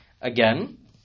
again